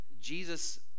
Jesus